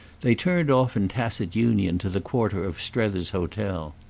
they turned off in tacit union to the quarter of strether's hotel.